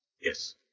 Yes